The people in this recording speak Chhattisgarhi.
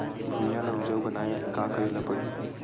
भुइयां ल उपजाऊ बनाये का करे ल पड़ही?